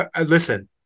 Listen